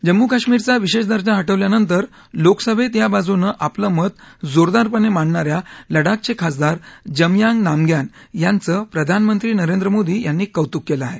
जम्मू काश्मीर चा विशेष दर्जा हटवल्या नंतर लोकसभेत या बाजूनं आपलं मत जोरदारपणे मांडणा या लडाख चे खासदार जमयांग नामग्यान यांचं प्रधान मंत्री नरेंद्र मोदी यांनी कौतुक केलं आहे